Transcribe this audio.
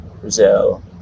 Brazil